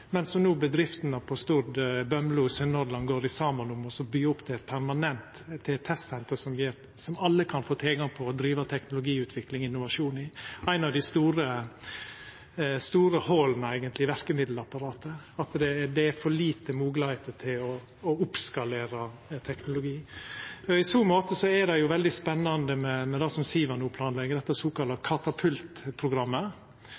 men som no bedriftene på Stord, Bømlo – i Sunnhordland – går saman om å byggja opp til eit permanent testsenter som alle kan få tilgang til og driva teknologiutvikling og innovasjon i. Det er eigentleg eit av dei store hola i verkemiddelapparatet, at det er for få moglegheiter til å oppskalera teknologi. I så måte er det veldig spennande med det som SIVA no planlegg, det såkalla